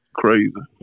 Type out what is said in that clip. crazy